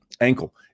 ankle